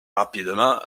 rapidement